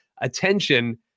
attention